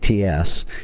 ATS